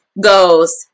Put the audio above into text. goes